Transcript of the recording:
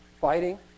fighting